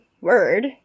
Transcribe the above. word